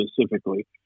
specifically